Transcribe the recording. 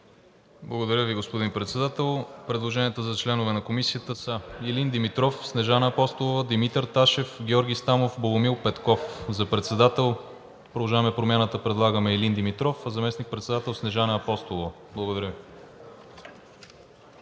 Благодаря, господин Председател. Предложенията за членове на Комисията са: Илин Димитров, Снежана Апостолова, Димитър Ташев, Георги Стамов, Богомил Петков, за председател от „Продължаваме Промяната“ предлагаме Илин Димитров, а за заместник-председател Снежана Апостолова. Благодаря Ви.